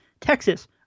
Texas